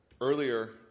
Earlier